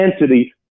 entity